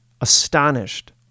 astonished